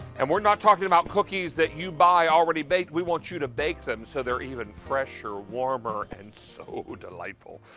and we are not talking about cookies that you buy already baked, we want you to bake them so they are even fresher, warmer and so delightful.